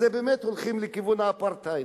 אז באמת הולכים לכיוון האפרטהייד.